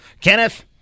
Kenneth